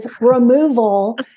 removal